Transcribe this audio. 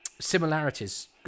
similarities